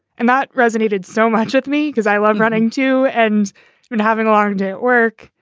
and that resonated so much with me because i was running to and and having ah hard and work.